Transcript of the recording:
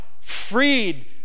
freed